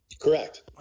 Correct